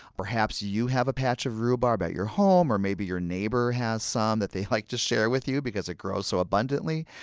perhaps you have a patch of rhubarb at your home, or maybe your neighbor has some that they'd like to share with you because it grows so abundantly.